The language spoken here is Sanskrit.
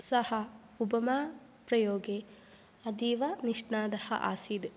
सः उपमायाः प्रयोगे अतीव निष्णातः आसीत्